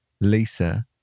Lisa